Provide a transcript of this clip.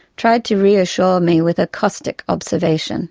tried to reassure me with a caustic observation